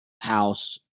house